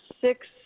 six